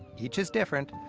each is different,